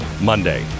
Monday